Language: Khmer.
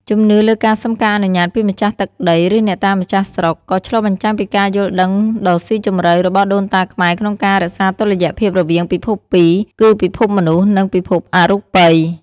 ជំនឿលើការសុំការអនុញ្ញាតពីម្ចាស់ទឹកដី ឬអ្នកតាម្ចាស់ស្រុក ក៏ឆ្លុះបញ្ចាំងពីការយល់ដឹងដ៏ស៊ីជម្រៅរបស់ដូនតាខ្មែរក្នុងការរក្សាតុល្យភាពរវាងពិភពពីរ គឺពិភពមនុស្ស និងពិភពអរូបិយ។